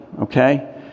okay